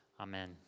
Amen